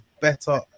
better